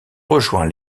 rejoints